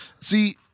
See